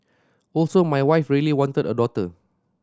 also my wife really wanted a daughter